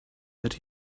that